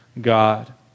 God